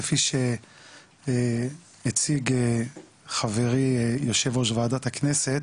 כפי שהציג חברי יושב-ראש ועדת הכנסת.